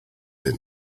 been